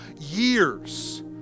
years